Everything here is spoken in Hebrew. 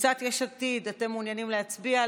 קבוצת יש עתיד, אתם מעוניינים להצביע?